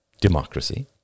democracy